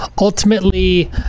ultimately